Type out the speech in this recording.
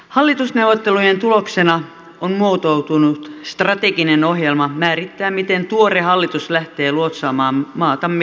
hallitusneuvottelujen tuloksena muotoutunut strateginen ohjelma määrittää miten tuore hallitus lähtee luotsaamaan maatamme kohti tulevaa